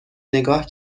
نگاه